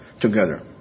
together